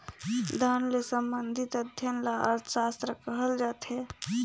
धन ले संबंधित अध्ययन ल अर्थसास्त्र कहल जाथे